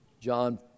John